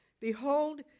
Behold